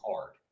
hard